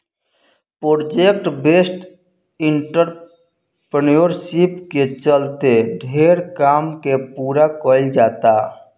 project based entrepreneurship के चलते ढेरे काम के पूरा कईल जाता